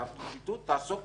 והפרקליטות תעסוק